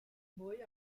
mwy